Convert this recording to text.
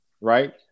right